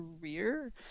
career